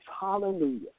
hallelujah